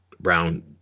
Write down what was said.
Brown